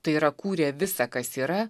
tai yra kūrė visa kas yra